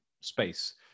space